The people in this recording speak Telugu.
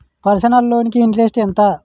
పర్సనల్ లోన్ కి ఇంట్రెస్ట్ ఎంత?